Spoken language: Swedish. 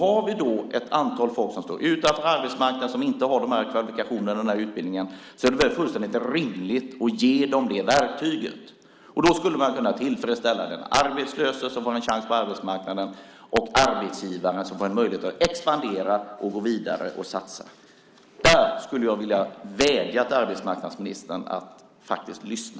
Har vi då ett antal människor som står utanför arbetsmarknaden som inte har utbildning och kvalifikationer är det fullständigt rimligt att ge dem det verktyget. Då skulle man kunna tillfredsställa de arbetslösa, som får en chans på arbetsmarknaden, och arbetsgivarna, som får en möjlighet att expandera, gå vidare och satsa. Där skulle jag vilja vädja till arbetsmarknadsministern att faktiskt lyssna.